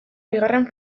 bigarren